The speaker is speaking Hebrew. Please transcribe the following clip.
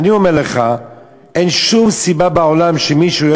אני אומר לך שאין שום סיבה בעולם שמישהו תהיה